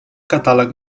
catàleg